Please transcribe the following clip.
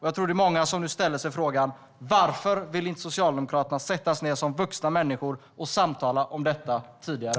Jag tror att många ställer sig frågan: Varför ville Socialdemokraterna inte sätta sig ned som vuxna människor och samtala om detta tidigare?